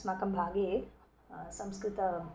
अस्माकं भागे संस्कृतं